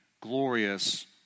glorious